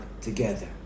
together